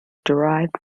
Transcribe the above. derived